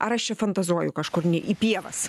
ar aš čia fantazuoju kažkur ne į pievas